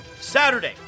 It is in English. Saturday